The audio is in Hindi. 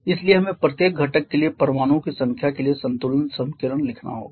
इसलिए हमें प्रत्येक घटक के लिए परमाणुओं की संख्या के लिए संतुलन समीकरण लिखना होगा